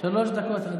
שלוש דקות.